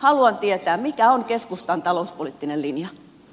haluan tietää mikä on keskustan talouspoliittinen linja